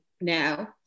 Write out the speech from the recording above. now